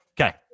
Okay